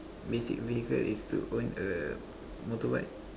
basic vehicle is to own a motorbike